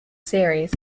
series